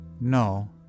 no